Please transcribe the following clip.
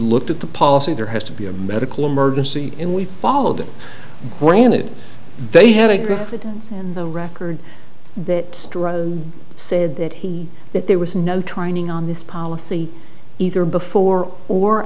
looked at the policy there has to be a medical emergency and we followed it granted they had a graphic on the record that said that he that there was no training on this policy either before or